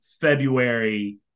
February